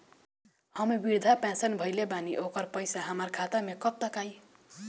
हम विर्धा पैंसैन भरले बानी ओकर पईसा हमार खाता मे कब तक आई?